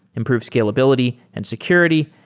improve scalability and security,